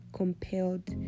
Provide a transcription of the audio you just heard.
compelled